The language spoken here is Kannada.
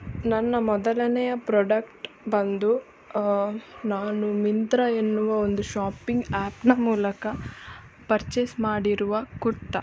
ನನ್ನ ಮೊದಲನೆಯ ಪ್ರೊಡಕ್ಟ್ ಬಂದು ನಾನು ಮಿಂತ್ರ ಎನ್ನುವ ಒಂದು ಶಾಪಿಂಗ್ ಆ್ಯಪ್ನ ಮೂಲಕ ಪರ್ಚೇಸ್ ಮಾಡಿರುವ ಕುರ್ತಾ